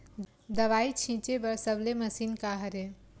दवाई छिंचे बर सबले मशीन का हरे?